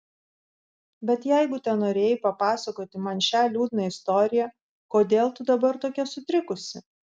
bet jeigu tenorėjai papasakoti man šią liūdną istoriją kodėl tu dabar tokia sutrikusi